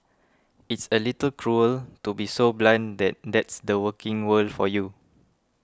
it's a little cruel to be so blunt that that's the working world for you